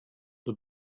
the